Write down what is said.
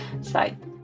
side